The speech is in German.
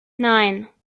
nein